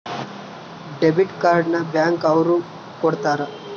debit card ನ bank ಅವ್ರು ಕೊಡ್ತಾರ